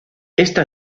esta